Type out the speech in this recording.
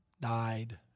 died